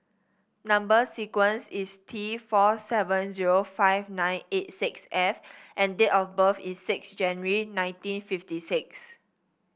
number sequence is T four seven zero five nine eight six F and date of birth is six January nineteen fifty six